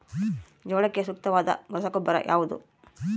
ಜೋಳಕ್ಕೆ ಸೂಕ್ತವಾದ ರಸಗೊಬ್ಬರ ಯಾವುದು?